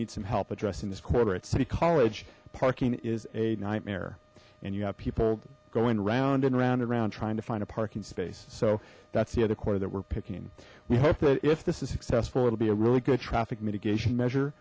need some help addressing this quarter at city college parking is a nightmare and you have people going round and round around trying to find a parking space so that's the other quarter that we're picking we hope that if this is successful it'll be a really good traffic mitigation measure